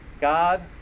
God